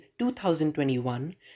2021